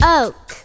oak